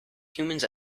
humans